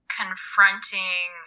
confronting